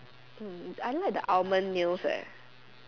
mm I like the almond nails eh